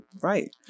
Right